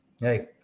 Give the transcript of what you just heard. hey